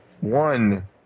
one